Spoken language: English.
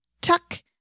tuck